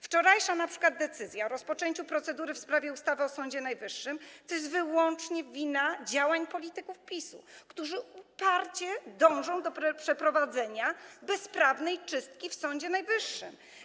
Wczorajsza decyzja o rozpoczęciu procedury w sprawie ustawy o Sądzie Najwyższym to jest wyłącznie wina działań polityków PiS-u, którzy uparcie dążą do przeprowadzenia bezprawnej czystki w Sądzie Najwyższym.